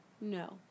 No